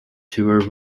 tour